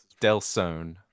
Delzone